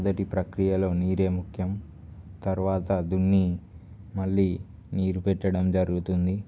మొదటి ప్రక్రియలో నీరే ముఖ్యం తర్వాత దున్ని మళ్లీ నీరు పెట్టడం జరుగుతుంది